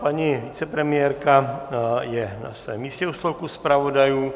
Paní vicepremiérka je na svém místě u stolku zpravodajů.